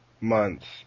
Months